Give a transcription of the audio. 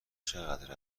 چقدر